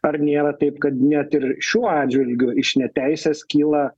ar nėra taip kad net ir šiuo atžvilgiu iš neteisės kyla